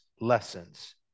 lessons